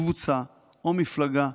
קבוצה או מפלגה,